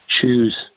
choose